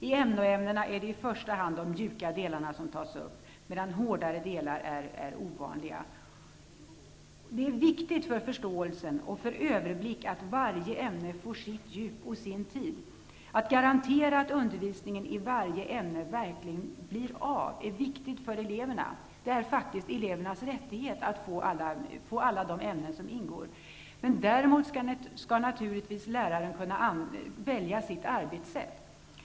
I NO-ämnena är det i första hand de ''mjuka'' delarna som tas upp. ''Hårdare'' delämnen är ovanliga. Det är viktigt för förståelse och för överblick att varje ämne får sitt djup och sin tid. Att garantera att undervisningen i varje ämne verkligen blir av är viktigt för eleverna. Det är faktiskt elevernas rättighet att få undervisning i alla de ämnen som ingår. Däremot skall naturligtvis läraren kunna välja sitt arbetssätt.